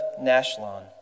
Nashlon